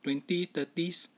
twenty thirties